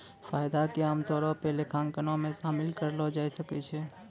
फायदा के आमतौरो पे लेखांकनो मे शामिल करलो जाय सकै छै